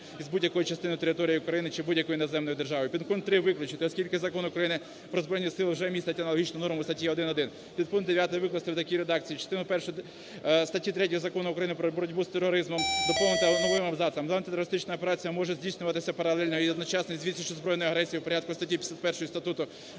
із будь-якою частиною території України чи будь-якої іноземної держави. Підпункт 3 виключити, оскільки Закон України "Про Збройні Сили" вже містить аналогічну норму в статті 1.1. Підпункт 9 викласти в такій редакції: "Частину першу статті 3 Закону України "Про боротьбу з тероризмом" доповнити новим абзацом: "Антитерористична операція може здійснюватись паралельно і одночасно з відсіччю збройної агресії в порядку статті 51 Статуту